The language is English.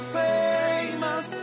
famous